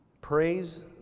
Praise